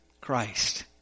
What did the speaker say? Christ